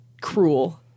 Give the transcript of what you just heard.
Cruel